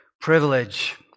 privilege